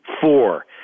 Four